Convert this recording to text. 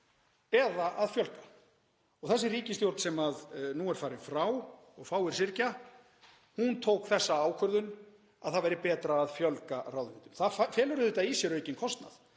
eða að fjölga. Þessi ríkisstjórn sem nú er farin frá og fáir syrgja tók þá ákvörðun að það væri betra að fjölga ráðuneytum. Það felur auðvitað í sér aukinn kostnað.